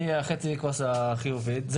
אני חצי הכוס החיובי, זה